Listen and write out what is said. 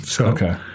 okay